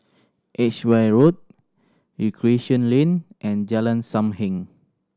Edgeware Road Recreation Lane and Jalan Sam Heng